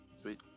Sweet